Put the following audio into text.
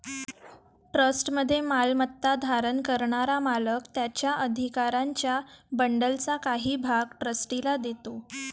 ट्रस्टमध्ये मालमत्ता धारण करणारा मालक त्याच्या अधिकारांच्या बंडलचा काही भाग ट्रस्टीला देतो